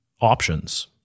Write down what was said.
options